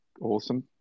Awesome